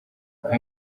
aba